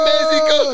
Mexico